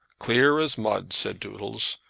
clear as mud, said doodles.